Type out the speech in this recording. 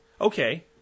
Okay